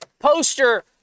Poster